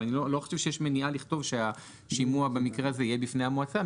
אני לא חושב שיש מניעה לכתוב שבמקרה הזה השימוע יהיה בפני המועצה,